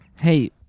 Hey